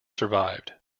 survived